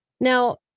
Now